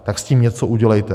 Tak s tím něco udělejte.